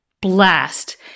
blast